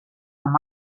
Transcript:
amb